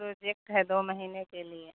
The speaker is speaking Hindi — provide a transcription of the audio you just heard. प्रोजेक्ट है दो महीने के लिए